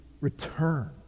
return